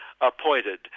appointed